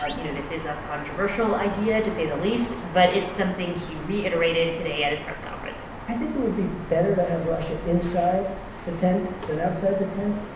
um you know, this is a controversial idea, to say the least, but it's something he reiterated today at his press conference i think it would be better to have russia inside the tent than outside the tent.